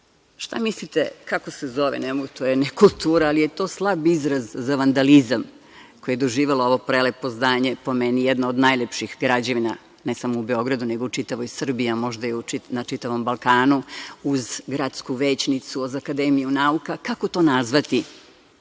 Šta mislite, kako se zove, to je nekultura, ali je to slab izraz za vandalizam koje je doživelo ovo prelepo zdanje, po meni jedno od najlepših građevina ne samo u Beogradu, nego u čitavoj Srbiji, a možda i na čitavom Balkanu, uz gradsku većnicu, uz Akademiju nauka, kako to nazvati?